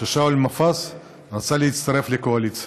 ששאול מופז רצה להצטרף לקואליציה.